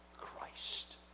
Christ